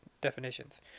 definitions